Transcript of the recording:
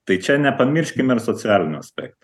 tai čia nepamirškime ir socialinio aspekto